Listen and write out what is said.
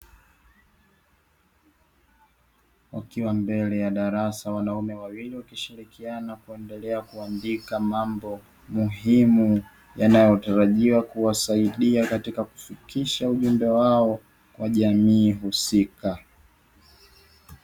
Wakiwa mbele ya darasa; wanaume wawili wakishirikiana kuendelea kuandika mambo muhimu, yanayotarajiwa kuwasaidia katika kufikikisha ujumbe wao kwa jamii husika.